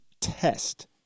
test